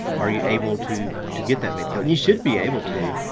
are you able to to get that midcoat? and you should be able to.